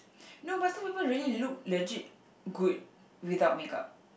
no but some people really look legit good without makeup